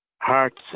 hearts